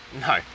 No